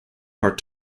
part